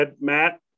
Matt